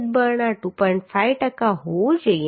5 ટકા હોવું જોઈએ